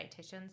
dietitians